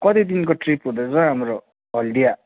कति दिन ट्रिप हुँदैछ हौ हाम्रो हल्दिया